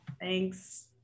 Thanks